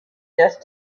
just